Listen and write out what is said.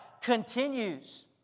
continues